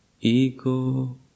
ego